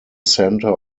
center